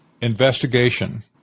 investigation